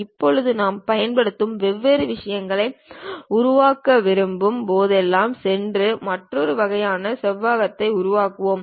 இப்போது நாம் பயன்படுத்தும் வெவ்வேறு விஷயங்களை உருவாக்க விரும்பும் போதெல்லாம் சென்று மற்றொரு வகையான செவ்வகத்தை உருவாக்குவோம்